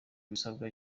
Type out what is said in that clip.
ibisabwa